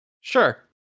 Sure